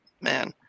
man